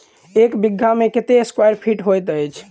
एक बीघा मे कत्ते स्क्वायर फीट होइत अछि?